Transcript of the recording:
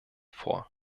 vor